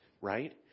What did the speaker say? Right